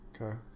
Okay